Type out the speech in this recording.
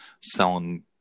selling